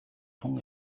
тун